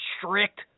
strict